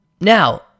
Now